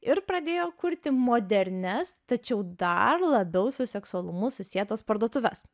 ir pradėjo kurti modernias tačiau dar labiau su seksualumu susietas parduotuves